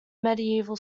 medieval